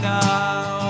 now